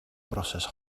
broses